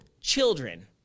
children